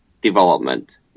development